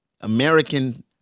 american